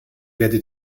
werde